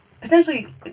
potentially